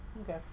Okay